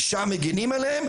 שם מגנים עליהם,